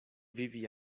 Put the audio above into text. vivi